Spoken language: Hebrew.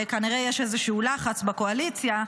וכנראה יש איזשהו לחץ בקואליציה,